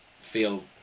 feel